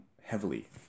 heavily